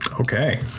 Okay